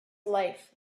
life